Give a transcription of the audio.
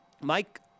Mike